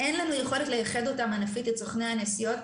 אין לנו יכולת לייחד אותם ענפית את סוכני הנסיעות,